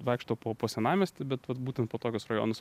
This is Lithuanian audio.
vaikštau po po senamiestį bet vat būtent po tokius rajonus